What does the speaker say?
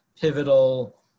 pivotal